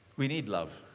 we need love.